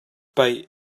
paih